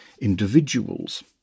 individuals